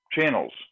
channels